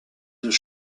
deux